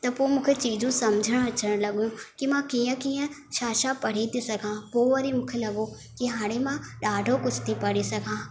त पोइ मूंखे चीजू सम्झण अचनि लॻियूं की मां कीअं कीअं छा छा पढ़ी थी सघा पोइ वरी मूंखे लॻो की हाणे मां ॾाढो कुझु थी पढ़ी सघां